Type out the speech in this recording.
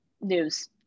news